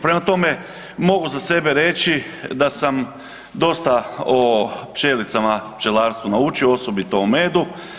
Prema tome, mogu za sebe reći da sam dosta o pčelicama i pčelarstvu naučio, osobito o medu.